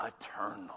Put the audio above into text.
eternal